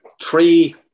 three